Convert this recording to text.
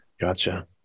Gotcha